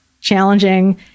challenging